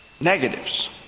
negatives